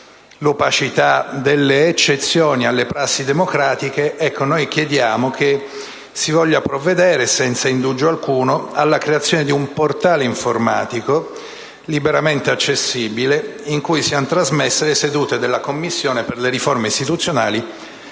l'opacità delle eccezioni alle prassi democratiche, si voglia provvedere senza indugio alcuno alla creazione di un portale informatico, liberamente accessibile, in cui siano trasmesse le sedute della Commissione per le riforme istituzionali,